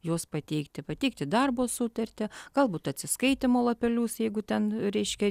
juos pateikti pateikti darbo sutartį galbūt atsiskaitymo lapelius jeigu ten reiškia